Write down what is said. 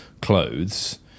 clothes